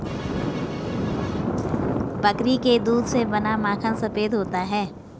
बकरी के दूध से बना माखन सफेद होता है